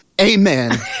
Amen